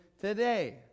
today